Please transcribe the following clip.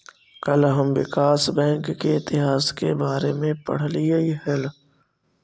कल हम विकास बैंक के इतिहास के बारे में पढ़लियई हल